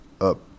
up